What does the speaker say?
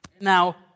Now